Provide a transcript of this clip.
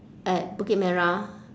at bukit-merah